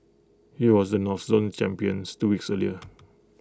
he was the north zone champions two weeks earlier